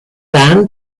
dan